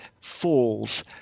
falls